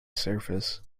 surface